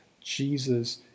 Jesus